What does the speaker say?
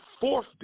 fourth